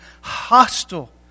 hostile